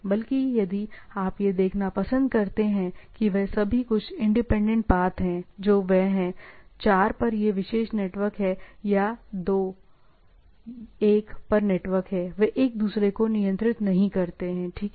बल्कि यदि आप यह देखना पसंद करते हैं कि वे सभी कुछ इंडिपेंडेंट पाथ हैं तो वे हैं 4 पर यह विशेष नेटवर्क है या 2 1 पर नेटवर्क हैवे एक दूसरे को नियंत्रित नहीं करते हैं ठीक है